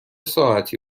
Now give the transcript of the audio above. ساعتی